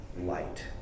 light